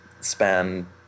spend